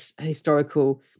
historical